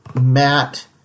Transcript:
Matt